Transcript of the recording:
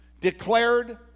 declared